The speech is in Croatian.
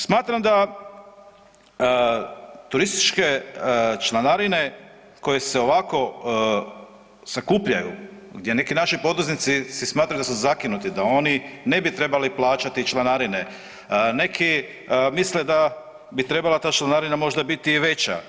Smatram da turističke članarine koje se ovako sakupljaju, gdje neki naši poduzetnici si smatraju da su zakinuti, da oni ne bi trebali plaćati članarine… … neki misle da bi trebala ta članarina možda biti i veća.